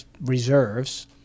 reserves